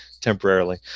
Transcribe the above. temporarily